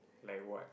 like what